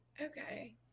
okay